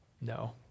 No